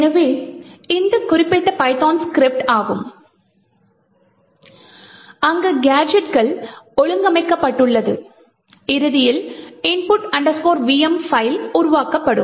எனவே இது குறிப்பிட்ட பைதான் ஸ்கிரிப்ட் ஆகும் அங்கு கேஜெட்கள் ஒழுங்கமைக்கப்பட்டுள்ளது இறுதியில் input vm பைல் உருவாக்கப்படும்